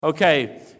Okay